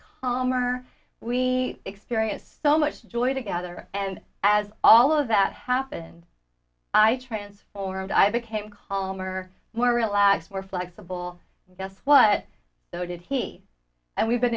homer we experienced so much joy together and as all of that happened i transformed i became calmer more relaxed more flexible guess what so did he and we've been